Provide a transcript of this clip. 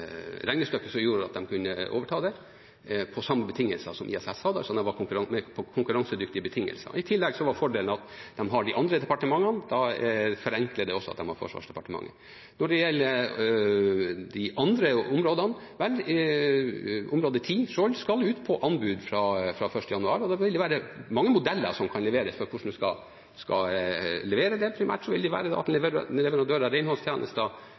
som gjorde at de kunne overta det, på samme betingelser som ISS hadde, så det var på konkurransedyktige betingelser. I tillegg var fordelen at de har de andre departementene. Da forenkler det også at de har Forsvarsdepartementet. Når det gjelder de andre områdene – vel, område 10, Skjold, skal ut på anbud fra 1. januar, og det vil være mange modeller som kan tenkes for hvordan man skal levere det. Primært vil det være at